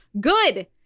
Good